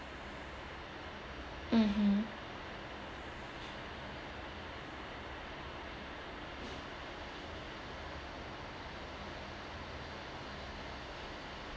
mmhmm